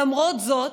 למרות זאת,